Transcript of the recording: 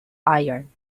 iron